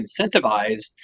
incentivized